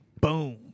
Boom